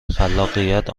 خلاقیت